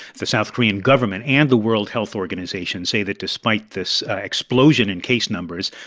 the south korean government and the world health organization say that despite this explosion in case numbers,